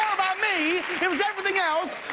me. it was everything else.